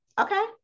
Okay